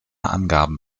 angaben